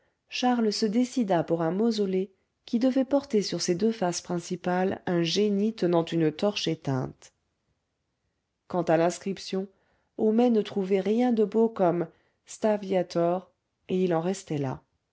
charles se décida pour un mausolée qui devait porter sur ses deux faces principales un génie tenant une torche éteinte quant à l'inscription homais ne trouvait rien de beau comme sta viator et il en restait là